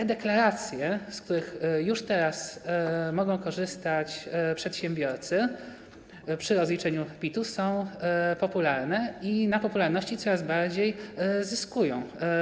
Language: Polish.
E-deklaracje, z których już teraz mogą korzystać przedsiębiorcy przy rozliczeniu PIT-u, są popularne i na popularności coraz bardziej zyskują.